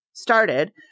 Started